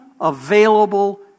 available